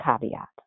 caveat